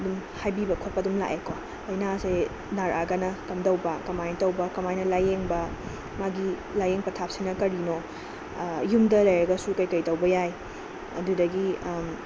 ꯑꯗꯨꯝ ꯍꯥꯏꯕꯤꯕ ꯈꯣꯠꯄ ꯑꯗꯨꯝ ꯂꯥꯛꯑꯦꯀꯣ ꯂꯥꯏꯅꯥꯁꯦ ꯅꯥꯔꯛꯑꯒꯅ ꯀꯝꯗꯧꯕ ꯀꯃꯥꯏꯅ ꯇꯧꯕ ꯀꯃꯥꯏꯅ ꯂꯥꯏꯌꯦꯡꯕ ꯃꯥꯒꯤ ꯂꯥꯏꯌꯦꯡ ꯄꯊꯥꯞꯁꯤꯅ ꯀꯔꯤꯅꯣ ꯌꯨꯝꯗ ꯂꯩꯔꯒꯁꯨ ꯀꯔꯤ ꯀꯔꯤ ꯇꯧꯕ ꯌꯥꯏ ꯑꯗꯨꯗꯒꯤ